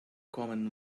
common